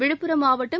விழுப்புரம் மாவட்டம்